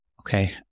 Okay